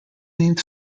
named